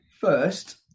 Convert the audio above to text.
First